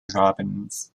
robbins